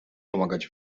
pomagać